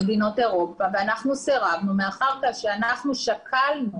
למדינות אירופה מאחר ואנחנו שקלנו